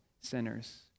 sinners